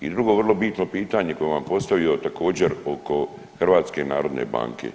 I drugo vrlo bitno pitanje koje bih vam postavio također oko HNB.